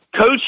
coach